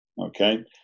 okay